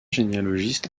généalogistes